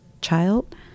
child